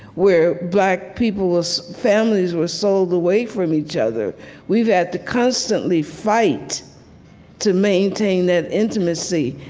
where black people's families were sold away from each other we've had to constantly fight to maintain that intimacy,